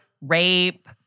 rape